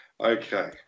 Okay